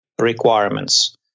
requirements